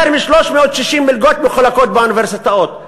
יותר מ-360 מלגות מחולקות באוניברסיטאות,